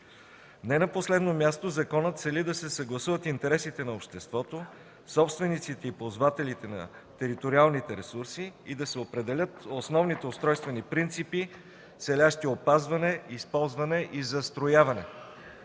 Не на последно място, законът цели да се съгласуват интересите на обществото, собствениците и ползвателите на териториалните ресурси и да се определят основните устройствени принципи, целящи опазване, използване и застрояване.